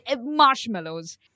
marshmallows